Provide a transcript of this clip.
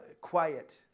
quiet